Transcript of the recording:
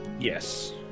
Yes